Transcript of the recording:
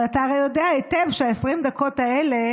אבל אתה הרי יודע היטב ש-20 הדקות האלה